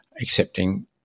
accepting